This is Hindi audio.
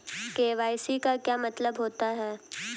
के.वाई.सी का क्या मतलब होता है?